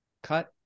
cut